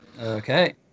Okay